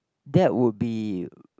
that would be